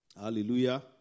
Hallelujah